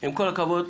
עם כל הכבוד,